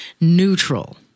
neutral